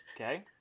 Okay